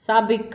साबिक़ु